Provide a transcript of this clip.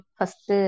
first